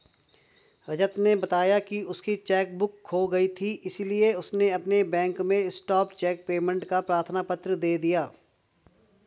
रजत ने बताया की उसकी चेक बुक खो गयी थी इसीलिए उसने अपने बैंक में स्टॉप चेक पेमेंट का प्रार्थना पत्र दे दिया